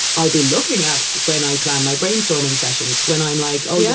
i'll be looking at when i plan my brainstorming sessions when i'm like, oh, yeah